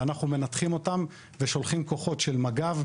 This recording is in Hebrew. שאנחנו מנתחים אותם ושולחים כוחות של מג"ב,